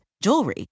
jewelry